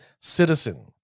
citizen